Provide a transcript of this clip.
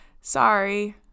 Sorry